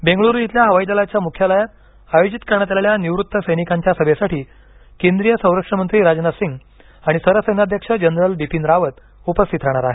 बेंगळूरू इथल्या हवाई दलाच्या मुख्यालयात आयोजित करण्यात आलेल्या निवृत्त सैनिकांच्या सभेसाठी केंद्रीय संरक्षण मंत्री राजनाथसिंग आणि सरसेनाध्यक्ष जनरल बिपीन रावत उपस्थित राहणार आहेत